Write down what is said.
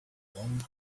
long